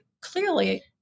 clearly